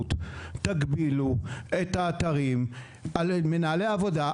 הבטיחות פה היום: תגבילו את האתרים על מנהלי עבודה,